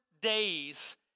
days